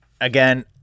Again